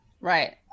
right